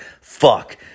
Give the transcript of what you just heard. fuck